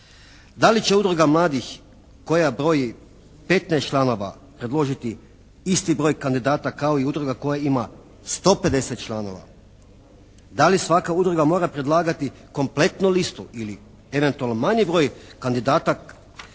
Da li će udruga mladih koja broji 15 članova predložiti isti broj kandidata kao i udruga koja ima 150 članova, da li svaka udruga mora predlagati kompletnu listu ili eventualno manji broj kandidata,